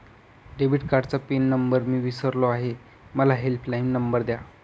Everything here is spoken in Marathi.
डेबिट कार्डचा पिन नंबर मी विसरलो आहे मला हेल्पलाइन नंबर द्या